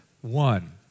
One